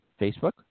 Facebook